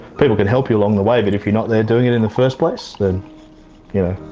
people can help you along the way, but if you're not there doing it in the first place, then you know,